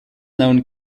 known